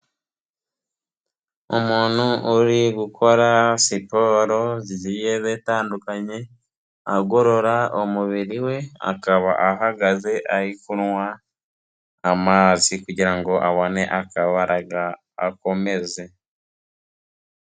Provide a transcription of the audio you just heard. Umuntu uri gukora siporo zigiye zitandukanye, agorora umubiri we, akaba ahagaze ari kunywa amazi kugira ngo abone akabaraga akomeze.